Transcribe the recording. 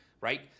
right